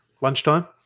lunchtime